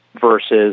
versus